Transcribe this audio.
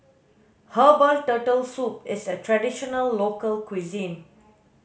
herbal turtle soup is a traditional local cuisine